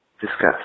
Discuss